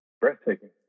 Breathtaking